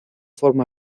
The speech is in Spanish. forma